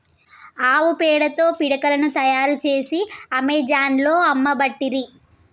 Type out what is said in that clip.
ఆవు పేడతో పిడికలను తాయారు చేసి అమెజాన్లో అమ్మబట్టిరి